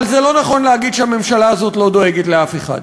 אבל זה לא נכון להגיד שהממשלה הזאת לא דואגת לאף אחד.